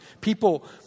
People